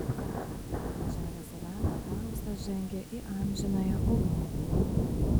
pabučiavęs eleną faustas žengia į amžinąją ugnį